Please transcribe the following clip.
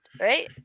right